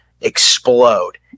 explode